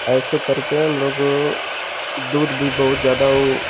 ऐसे करके हम लोग दूध भी बहुत ज़्यादा वो